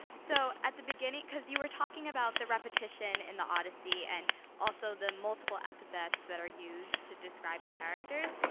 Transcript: so at the beginning because you were talking about the repetition in the odyssey and also the multiple epithets that are used to describe the characters.